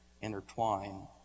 intertwine